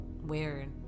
Weird